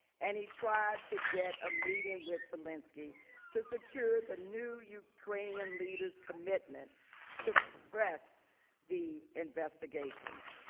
and he tried to get a meeting with zelensky to secure the new ukrainian leaders commitment to press the investigation.